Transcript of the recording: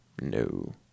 No